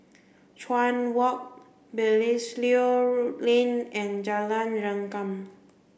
Chuan Walk Belilios Lane and Jalan Rengkam